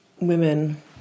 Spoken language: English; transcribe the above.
women